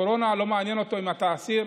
את הקורונה לא מעניין אם אתה אסיר,